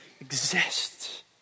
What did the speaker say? exists